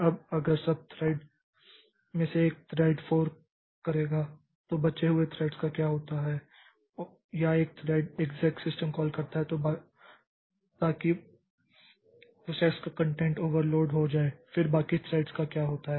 अब अगर सब थ्रेड में से एक थ्रेड फोर्क करेगा तो बचे हुए थ्रेड्स का क्या होता है या एक थ्रेड एक्सेक् सिस्टम कॉल करता है ताकि प्रोसेस का कंटेंट ओवरलैड हो जाए फिर बाकी थ्रेड्स का क्या होता है